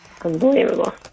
Unbelievable